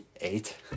eight